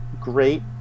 great